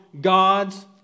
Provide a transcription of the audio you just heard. gods